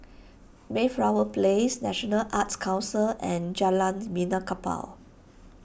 Mayflower Place National Arts Council and Jalan Benaan Kapal